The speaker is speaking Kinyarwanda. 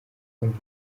ariko